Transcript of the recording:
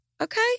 okay